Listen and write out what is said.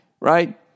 right